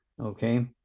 Okay